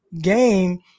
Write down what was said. game –